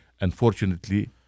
Unfortunately